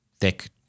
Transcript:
thick